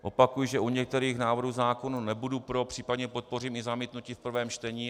Opakuji, že u některých návrhů zákonů nebudu pro, příp. podpořím i zamítnutí v prvém čtení.